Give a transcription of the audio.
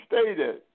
stated